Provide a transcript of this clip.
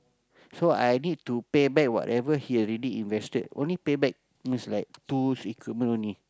so I need to pay back whatever he already invested only pay back means like tools equipment only